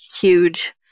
huge